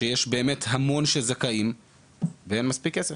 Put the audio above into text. שיש המון זכאים ואין מספיק כסף.